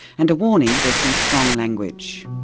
and a warning, there's some strong language.